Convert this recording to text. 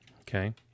Okay